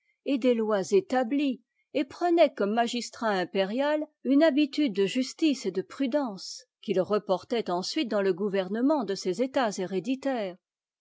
et des lois établies et prenait comme magistrat impérial une habitude de justiceetdeprudence qu'il reportait ensuite dans le gouvernement dé ses'etats héréditaires